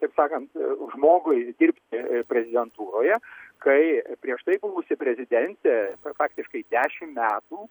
taip sakan žmogui dirbti prezidentūroje kai prieš tai buvusi prezidentė faktiškai dešim metų